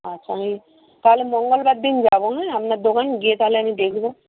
আচ্ছা আমি তাহলে মঙ্গলবার দিন যাব হ্যাঁ আপনার দোকান গিয়ে তাহলে আমি দেখব